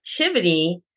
activity